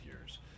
years